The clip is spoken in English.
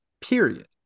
period